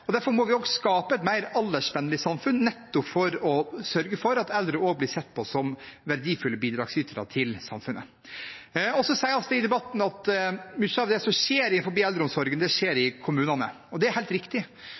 Derfor må vi skape et mer aldersvennlig samfunn, nettopp for å sørge for at eldre også blir sett på som verdifulle bidragsytere til samfunnet. Så sies det i debatten at mye av det som skjer innenfor eldreomsorgen, skjer i kommunene, og det er helt riktig.